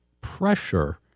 pressure